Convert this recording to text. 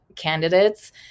candidates